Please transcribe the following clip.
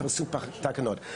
ועשו תקנות,